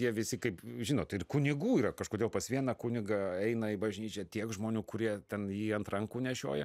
jie visi kaip žinot ir kunigų yra kažkodėl pas vieną kunigą eina į bažnyčią tiek žmonių kurie ten jį ant rankų nešioja